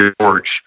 George